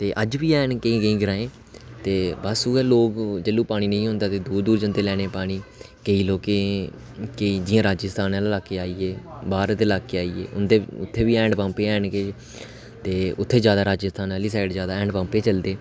ते अज्ज बी हैन केईं केईं ग्राएं ते बस जैलूं पानी नेईं होंदा ते लोग दूर दूर जंदे पानी लैने गी केईं जियां राजस्थान आह्ले इलाके होइये बाहर दे इलाके होइये उत्थै बी हैंड पम्प गै होंदे न ते उत्थै राजस्थान आह्ली साईड जैदा हैंड पम्प गै होंदे ने